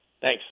Thanks